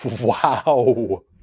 wow